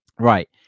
Right